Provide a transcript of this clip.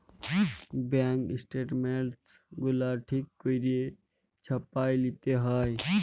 bank statements গুলা ঠিক ক্যইরে ছাপাঁয় লিতে হ্যয়